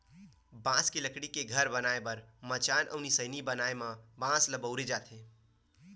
बांस के लकड़ी के घर बनाए बर मचान अउ निसइनी बनाए म बांस ल बउरे जाथे